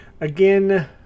again